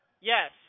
Yes